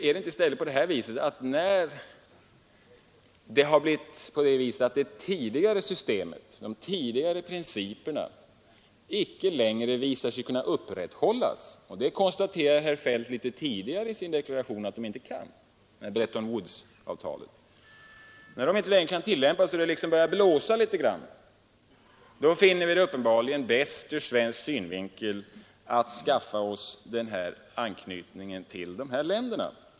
Är det inte i stället så att när det visar sig att de tidigare principerna inte längre kan upprätthållas och det börjar blåsa litet grand — och herr Feldt konstaterar litet tidigare i sin deklaration att principerna för Bretton Wood-överenskommelsen inte längre fungerar — så finner vi det uppenbarligen bäst ur svensk synvinkel att skaffa oss denna anknytning till dessa länder.